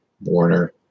Warner